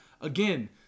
Again